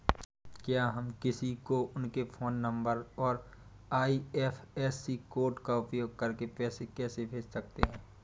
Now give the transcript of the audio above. क्या हम किसी को उनके फोन नंबर और आई.एफ.एस.सी कोड का उपयोग करके पैसे कैसे भेज सकते हैं?